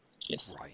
yes